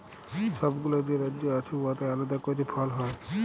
ছব গুলা যে রাজ্য আছে উয়াতে আলেদা ক্যইরে ফল হ্যয়